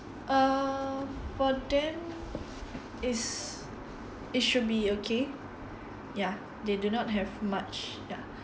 err for them is it should be okay ya they do not have much ya